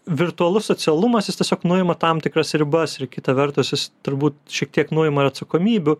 virtualus socialumas jis tiesiog nuima tam tikras ribas ir kita vertus jis turbūt šiek tiek nuima atsakomybių